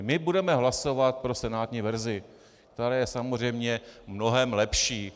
My budeme hlasovat pro senátní verzi, která je samozřejmě mnohem lepší.